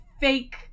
fake